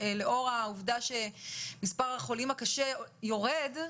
לאור העובדה שמספר החולים קשה יורד,